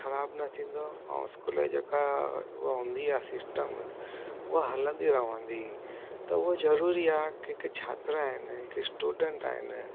ख़राबु न थींदो ऐं इस्कूल जी जेका हिकु हूंदी आहे सिस्टम उहा हलंदी रहंदी त उहा ज़रूरी आहे के के छात्र आहिनि के स्टूडेंट आहिनि